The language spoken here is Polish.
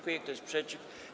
Kto jest przeciw?